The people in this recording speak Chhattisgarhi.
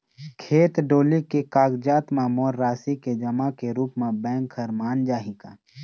खेत डोली के कागजात म मोर राशि के जमा के रूप म बैंक हर मान जाही का?